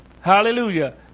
Hallelujah